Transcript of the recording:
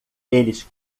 eles